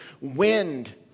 wind